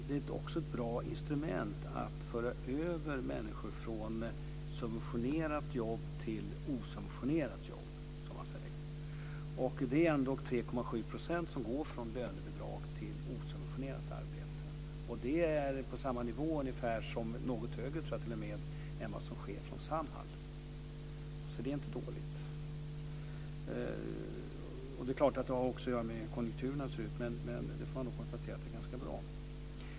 Det är också ett bra instrument för att föra över människor från subventionerat jobb till osubventionerat jobb. Det är ändock 3,7 % som går från arbete med lönebidrag till osubventionerat arbete. Det är ungefär på samma nivå som, något högre t.o.m. än, vad som sker från Samhall. Det är inte dåligt. Det har naturligtvis att göra med hur konjunkturerna ser ut. Där får man konstatera att det är ganska bra.